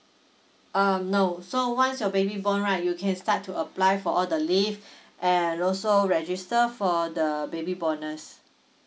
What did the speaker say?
uh no so once your baby born right you can start to apply for all the leave and also register for the baby bonus